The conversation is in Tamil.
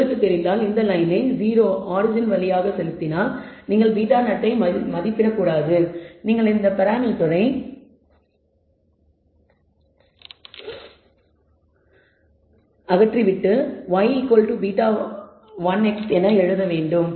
உங்களுக்குத் தெரிந்தால் இந்த லயனை 0 ஓரிஜின் வழியாக செலுத்தினால் நீங்கள் β0 ஐ மதிப்பிடக்கூடாது நீங்கள் இந்த பராமீட்டரை அகற்றிவிட்டு y β1x என எழுத வேண்டும்